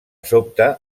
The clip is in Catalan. sobte